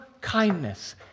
kindness